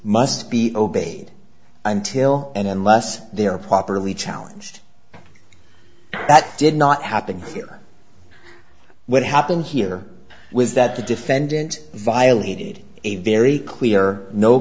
must be obeyed until and unless they are properly challenged that did not happen here what happened here was that the defendant violated a very clear no